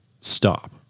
stop